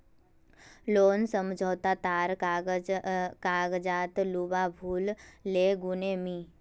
loan समझोता तार कागजात लूवा भूल ले गेनु मि